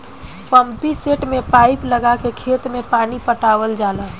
pumpset में pipe लगा के खेत में पानी पटावल जाला